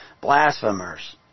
Blasphemers